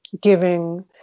giving